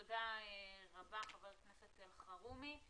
תודה רבה, חבר הכנסת אלחרומי.